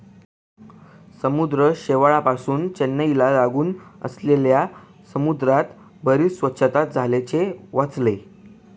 समुद्र शेवाळापासुन चेन्नईला लागून असलेल्या समुद्रात बरीच स्वच्छता झाल्याचे वाचले